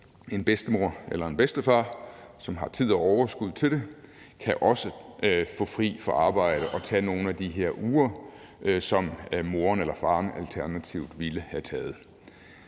en bedstemor eller en bedstefar, som har tid og overskud til det, også få fri fra arbejde og tage nogle af de her uger, som moren eller faren alternativt ville have taget.